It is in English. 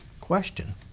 question